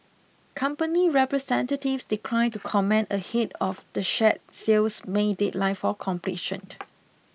company representatives declined to comment ahead of the share sale's May deadline for completion